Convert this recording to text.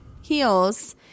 heels